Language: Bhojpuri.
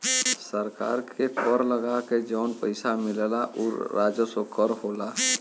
सरकार के कर लगा के जौन पइसा मिलला उ राजस्व कर होला